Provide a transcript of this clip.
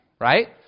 right